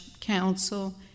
Council